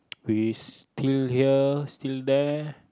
we steal here steal there